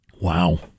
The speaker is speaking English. Wow